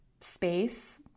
space